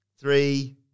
three